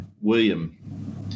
William